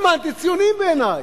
הם אנטי-ציונים בעיני.